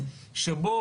שבה,